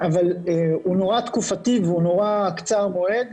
אבל הוא נורא תקופתי והוא נורא קצר מועד.